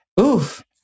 Oof